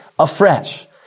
afresh